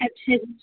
ਅੱਛਾ ਜੀ